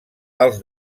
els